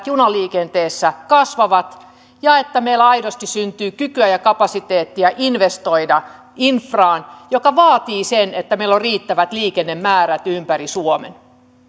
junaliikenteessä kasvavat ja meillä aidosti syntyy kykyä ja kapasiteettia investoida infraan mikä vaatii sen että meillä on riittävät liikennemäärät ympäri suomen